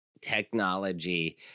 technology